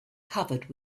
covered